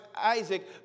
Isaac